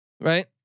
Right